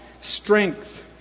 strength